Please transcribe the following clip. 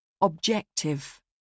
Objective